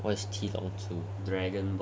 what is 七龙珠 ah